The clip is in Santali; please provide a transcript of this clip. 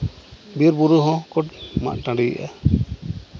ᱵᱤᱨ ᱵᱩᱨᱩ ᱦᱚᱸᱠᱚ ᱢᱟᱜ ᱴᱟᱺᱰᱤᱭᱮᱫᱼᱟ